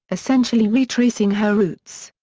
essentially retracing her roots.